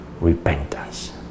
repentance